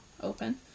open